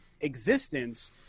existence